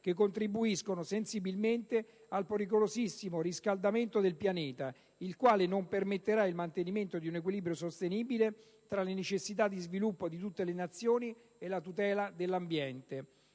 che contribuiscono sensibilmente al pericolosissimo riscaldamento del pianeta, il quale non permetterà il mantenimento di un equilibrio sostenibile tra le necessità di sviluppo di tutte le Nazioni e la tutela dell'ambiente.